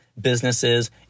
businesses